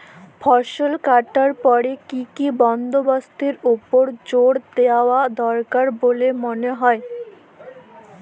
ফসলকাটার পরে কি কি বন্দবস্তের উপর জাঁক দিয়া দরকার বল্যে মনে হয়?